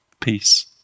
peace